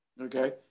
Okay